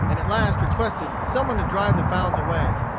and at last requested some one to drive the fowls away.